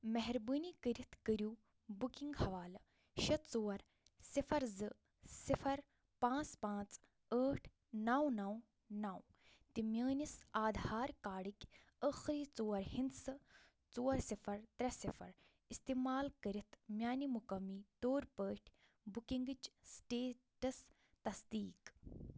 مہربٲنی کٔرِتھ کٔرِو بُکِنٛگ حوالہٕ شےٚ ژور صِفر زٕ صِفر پانٛژھ پانٛژھ ٲٹھ نو نو نو تہِ میٲنس آدھار کارڈٕکۍ ٲخری ژور ہِنٛدسہٕ ژور صِفر ترے صِفر استعمال کٔرِتھ میانہِ مقٲمی طور پٲٹھۍ بُکِنگٕچ سٹیٹس تصدیٖق